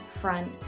Front